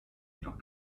jedoch